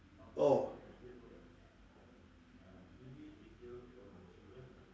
orh